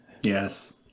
Yes